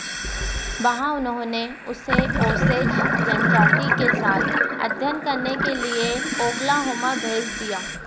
वहाँ उन्होंने उसे ओसेज जनजाति के साथ अध्ययन करने के लिए ओक्लाहोमा भेज दिया